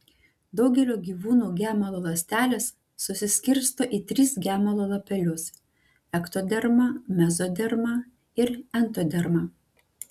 daugelio gyvūnų gemalo ląstelės susiskirsto į tris gemalo lapelius ektodermą mezodermą ir entodermą